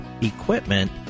equipment